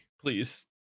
Please